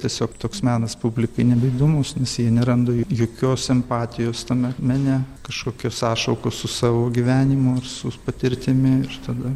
tiesiog toks menas publikai nebeįdomus nes jie neranda jokios empatijos tame mene kažkokios sąšaukos su savo gyvenimu ar su patirtimi ir tada